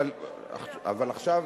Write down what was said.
אבל עכשיו,